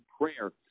prayer